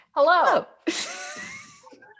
Hello